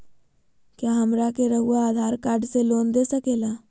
क्या हमरा के रहुआ आधार कार्ड से लोन दे सकेला?